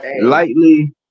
Lightly